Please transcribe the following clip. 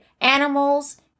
animals